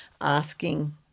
asking